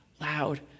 loud